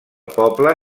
poble